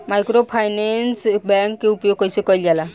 Microfinance bank के उपयोग कइसे कइल जाला?